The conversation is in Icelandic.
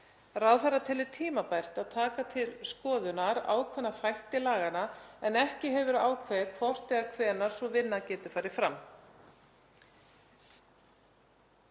Ráðherra telur tímabært að taka til skoðunar ákveðna þætti laganna en ekki hefur verið ákveðið hvort eða hvenær sú vinna geti farið fram.